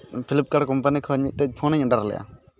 Flipkart company ᱠᱷᱚᱱ ᱢᱤᱫᱴᱟᱱ ᱯᱷᱳᱱᱤᱧ ᱚᱰᱟᱨ ᱞᱮᱫᱟ